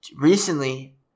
recently